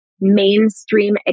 mainstream